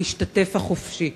המשתתף החופשי.